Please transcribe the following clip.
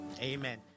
Amen